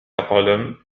قلم